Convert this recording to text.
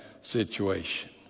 situation